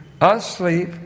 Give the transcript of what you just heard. asleep